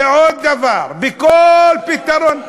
ועוד דבר: בכל פתרון,